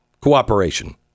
cooperation